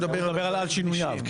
הוא מדבר על שינויים.